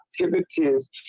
activities